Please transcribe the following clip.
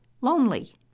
lonely